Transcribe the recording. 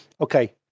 Okay